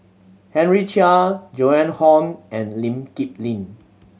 Henry Chia Joan Hon and Lee Kip Lin